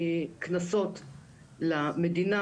קנסות למדינה.